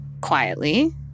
quietly